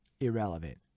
irrelevant